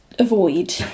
Avoid